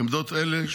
עמדות אלה,